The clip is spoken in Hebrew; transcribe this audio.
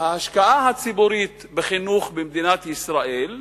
ההשקעה הציבורית בחינוך במדינת ישראל,